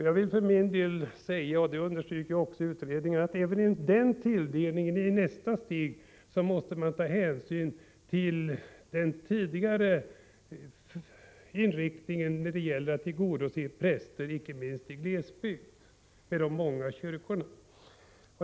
Jag vill för min del säga att man — som jag också understryker i utredningen —- även vid tilldelningen i nästa steg måste ta hänsyn till den tidigare inriktningen när det gäller att tillgodose prästbehovet, icke minst i glesbygd med många kyrkor.